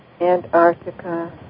Antarctica